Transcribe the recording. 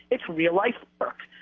it's real life work,